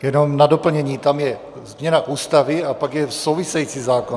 Jenom na doplnění, tam je změna Ústavy a pak je související zákon.